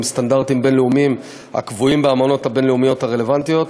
סטנדרטיים בין-לאומיים הקבועים באמנות הבין-לאומיות הרלוונטיות.